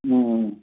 ꯎꯝ